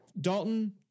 Dalton